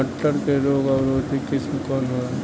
मटर के रोग अवरोधी किस्म कौन होला?